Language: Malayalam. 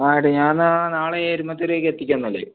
അട്ടെ എന്നാൽ ഞാൻ എന്നാൽ എരുമത്തെരുവ് എത്തിക്കാം എന്നാൽ